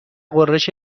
غرش